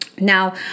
Now